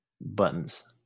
buttons